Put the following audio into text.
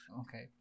Okay